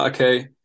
okay